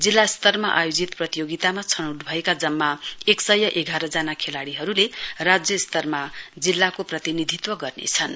जिल्ला स्तरमा आयोजित प्रतियोगितामा छनौट भएका जम्मा एक सय एघारजना खेलाडीहरूले राज्य स्तरमा जिल्लाको प्रतिनिधित्व गर्नेछन्